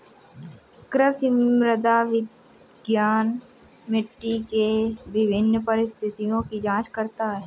कृषि मृदा विज्ञान मिट्टी के विभिन्न परिस्थितियों की जांच करता है